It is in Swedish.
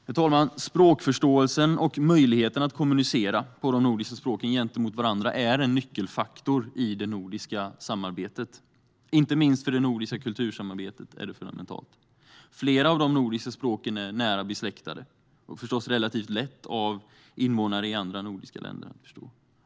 Herr talman! Språkförståelsen och möjligheten att kommunicera på de nordiska språken gentemot varandra är en nyckelfaktor i det nordiska samarbetet, och inte minst för det nordiska kultursamarbetet är det fundamentalt. Flera av de nordiska språken är nära besläktade och förstås relativt lätt av invånare i andra nordiska länder.